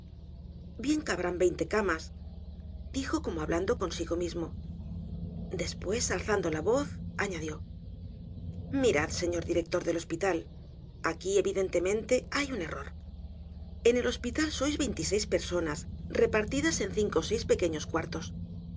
bien cabrán veinte camas dijo como hablando consigo mismo despues alzando la voz añadió mirad señor director del hospital aquí evidentemente hay un error en el hospital sois veintiseis personas repartidas en cinco ó seis pequeños cuartos